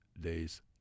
days